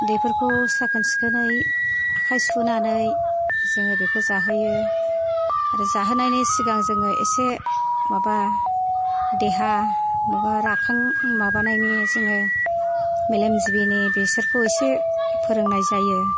उन्दैफोरखौ साखोन सिखोनै आखाय सुहोनानै जोङो बेखौ जाहोयो आरो जाहोनायनि सिगां जोङो एसे माबा देहा माबा राखां माबानायनि जोङो मेलेम जिबिनि बेसोरखौ एसे फोरोंनाय जायो